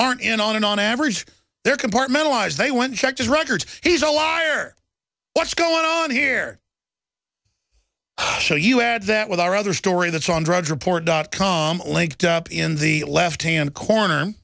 aren't in on and on average they're compartmentalise they went check his records he's a liar what's going on here show us that with our other story that's on drudge report dot com linked up in the left hand corner